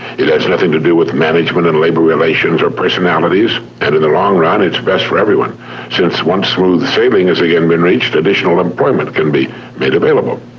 it has nothing to do with management and labor relations or personalities, and in the long run it's best for everyone since once smooth sailing has again been reached, additional employment can be made available.